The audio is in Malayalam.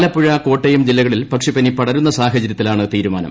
ആലപ്പുഴ കോട്ടയം ജില്ലകളിൽ പക്ഷിപ്പനി പടരുന്ന സാഹചര്യത്തിലാണ് തീരുമാനം